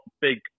big